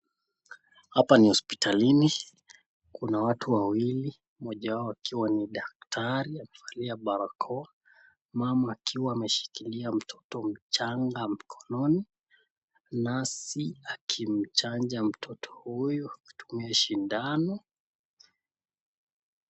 Hapa ni hospitalini. Kuna watu wawili moja wao akiwa ni daktari amevalia barakoa. Mama akiwa ameshikilia mtoto mchanga mkononi. Nasi akimchanja mtoto huyu akitumia sindano.